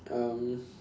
um